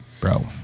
Bro